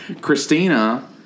Christina